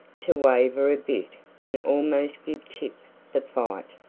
to waver a bit and almost give tip the fight.